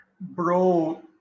Bro